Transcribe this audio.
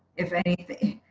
if anything,